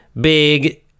big